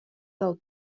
del